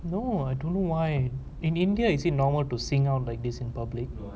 no I don't know why in india is it normal to sing out like this in public